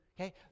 okay